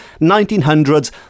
1900s